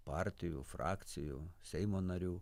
partijų frakcijų seimo narių